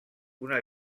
una